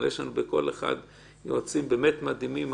אבל יש לנו יועצים באמת מדהימים.